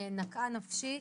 נקעה נפשי.